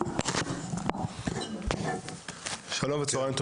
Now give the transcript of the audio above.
שלום וצהריים.